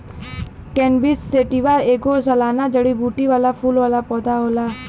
cannabis sativa ऐगो सालाना जड़ीबूटी वाला फूल वाला पौधा होला